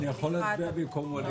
הצבעה